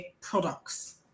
products